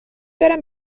برم